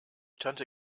tante